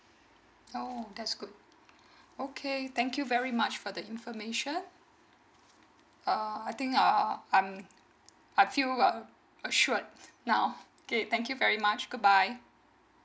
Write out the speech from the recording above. oh that's good okay thank you very much for the information uh I think uh I'm I feel uh assured now okay thank you very much goodbye